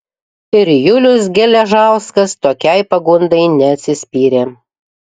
ir julius geležauskas tokiai pagundai neatsispyrė